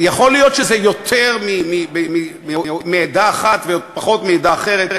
יכול להיות שזה יותר מעדה אחת ופחות מעדה אחרת,